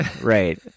Right